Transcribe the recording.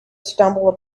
stumbled